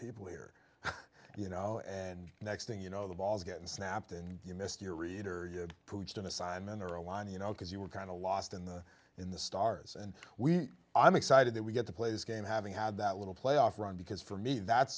people here you know and next thing you know the ball's getting snapped and you missed your reader you had proved an assignment or a line you know because you were kind of lost in the in the stars and we i'm excited that we get to play this game having had that little playoff run because for me that's